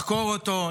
לחקור אותו,